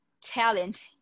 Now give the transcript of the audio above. talent